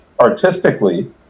artistically